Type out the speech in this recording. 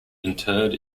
interred